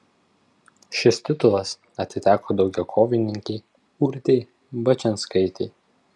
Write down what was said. šis titulas atiteko daugiakovininkei urtei bačianskaitei